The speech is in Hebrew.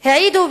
העידו,